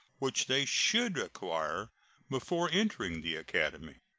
which they should acquire before entering the academy.